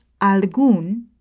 algún